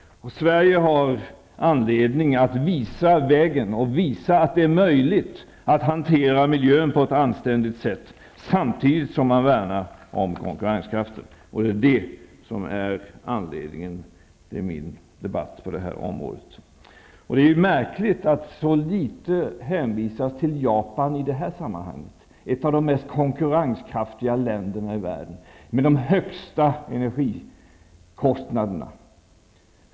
Sverige har anledning att visa vägen och visa att det är möjligt att hantera miljön på ett anständigt sätt, samtidigt som man värnar om konkurrenskraften. Det är anledningen till att jag debatterar detta område. Det är märkligt att det hänvisas så litet till Japan i det här sammanhanget. Det är ett av de mest konkurrenskraftiga länderna i världen, med de högsta energikostnaderna.